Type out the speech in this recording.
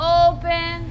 open